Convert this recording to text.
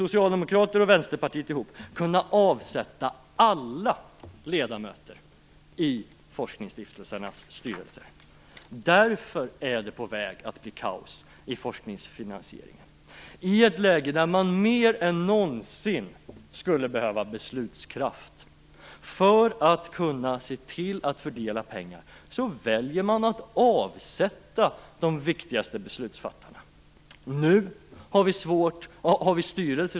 Socialdemokraterna och Vänsterpartiet vill ju kunna avsätta alla ledamöter i forskningsstiftelsernas styrelser. Därför är det på väg att bli kaos i forskningsfinansieringen. I ett läge där man mer än någonsin skulle behöva beslutskraft för att kunna se till att fördela pengar väljer man att avsätta de viktigaste beslutsfattarna.